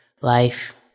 life